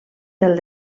del